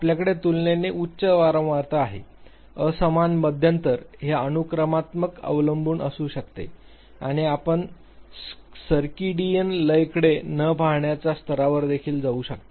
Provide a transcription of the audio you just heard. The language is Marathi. आपल्याकडे तुलनेने उच्च वारंवारता आहे असमान मध्यांतर हे अनुक्रमात्मक अवलंबन असू शकते आणि आपण सर्किडियन लयकडे न पाहण्याच्या स्तरावर देखील जाऊ शकता